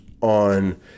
on